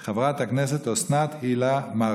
חברת הכנסת אוסנת הילה מארק.